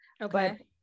okay